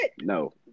No